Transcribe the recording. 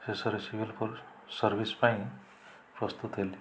ଶେଷରେ civil service ପାଇଁ ପ୍ରସ୍ତୁତ ହେଲି